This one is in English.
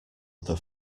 other